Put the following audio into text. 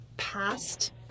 past